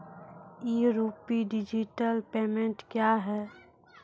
ई rupee digital payment क्या हैं?